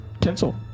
Tinsel